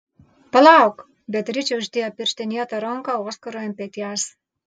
palauk beatričė uždėjo pirštinėtą ranką oskarui ant peties